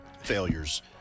failures